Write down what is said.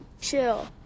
chill